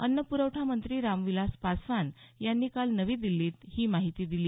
अन्न प्रवठा मंत्री रामविलास पासवान यांनी काल नवी दिस्तीत ही माहिती दिली